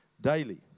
daily